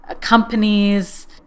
companies